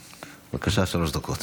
בבקשה, שלוש דקות.